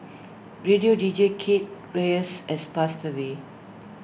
radio deejay Kate Reyes has passed away